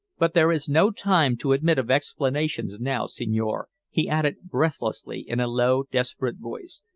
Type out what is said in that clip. but there is no time to admit of explanations now, signore, he added breathlessly, in a low desperate voice.